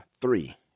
Three